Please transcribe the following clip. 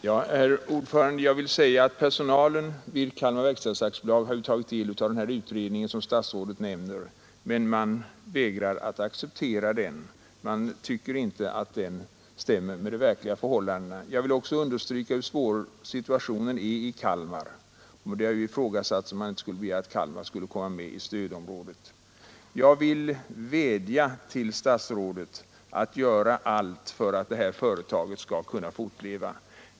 Herr talman! Personalen vid Kalmar verkstads AB har tagit del av den utredning statsrådet omnämner, men man vägrar att acceptera den. Man tycker inte att den stämmer med de verkliga förhållandena. Jag vill också understryka hur svår sysselsättningssituationen är i Kalmar. Det har t.o.m. ifrågasatts om inte Kalmar borde kunna komma med i stödområdet. Jag vill vädja till statsrådet att göra allt för att KVAB skall kunna fortleva.